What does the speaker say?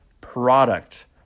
product